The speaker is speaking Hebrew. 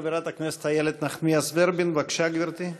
חברת הכנסת אילת נחמיאס ורבין, בבקשה, גברתי.